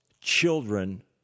children